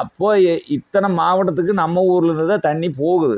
அப்போது இத்தனை மாவட்டத்துக்கு நம்ப ஊருலருந்துதான் தண்ணீர் போகுது